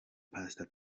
pastor